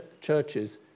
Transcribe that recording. churches